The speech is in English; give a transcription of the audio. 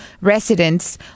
residents